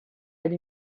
elle